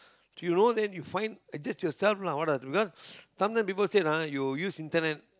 you know then you find adjust yourself lah what are because sometimes people say ah you use internet